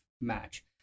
match